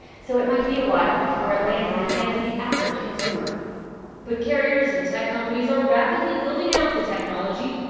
so it might be a while before it lands in the hands of the average consumer but carriers and tech companies are rapidly building out the technology.